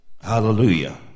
Hallelujah